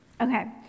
Okay